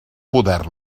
poder